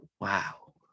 Wow